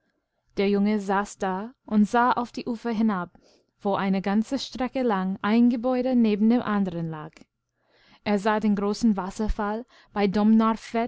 der junge saß da und sah auf die ufer hinab wo eine ganze strecke lang ein gebäude neben dem anderen lag er sah den großen wasserfallbeidomnarfvetundkvarnsvedenunddiegroßenfabriken